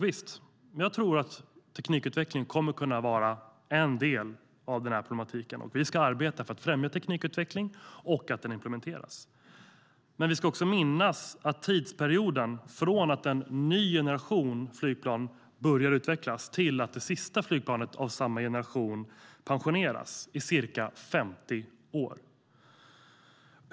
Visst kommer teknikutvecklingen att vara en del av lösningen, och vi ska arbeta för att främja teknikutvecklingen och för att den ska implementeras. Men låt oss komma ihåg att tidsperioden från att en ny generation flygplan börjar utvecklas till det sista flygplanet av denna generation pensioneras är ca 50 år.